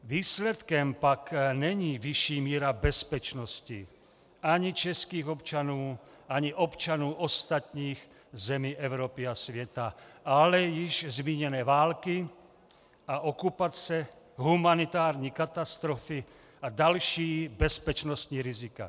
Výsledkem pak není vyšší míra bezpečnosti ani českých občanů, ani občanů ostatních zemí Evropy a světa, ale již zmíněné války a okupace, humanitární katastrofy a další bezpečnostní rizika.